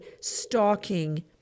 stalking